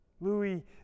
Louis